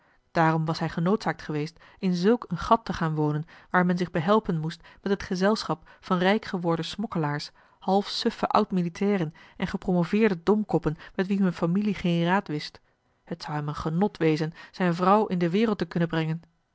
daarom was hij genoodzaakt geweest in zulk een gat te gaan wonen waar men zich behelpen moest met het gezelschap van rijkgeworden smokkelaars half suffe oud militairen en gepromoveerde domkoppen met wie hun familie geen raad wist het zou hem een genot wezen zijn vrouw in de wereld te kunnen brengen